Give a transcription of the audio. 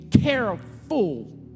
careful